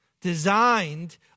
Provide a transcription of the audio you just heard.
designed